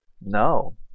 No